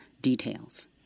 details